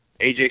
AJ